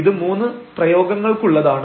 ഇത് മൂന്ന് പ്രയോഗങ്ങൾക്കുള്ളതാണ്